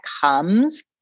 comes